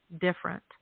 different